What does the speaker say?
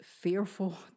fearful